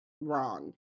wrong